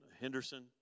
Henderson